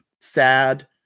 sad